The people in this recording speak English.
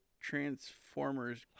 Transformers